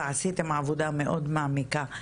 ועשיתם עבודה מאד מעמיקה,